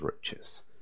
riches